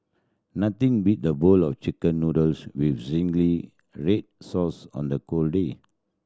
nothing beat a bowl of Chicken Noodles with zingy red sauce on a cold day